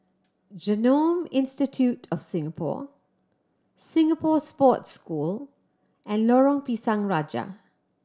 Genome Institute of Singapore Singapore Sports School and Lorong Pisang Raja